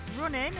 Running